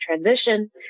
transition